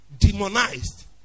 Demonized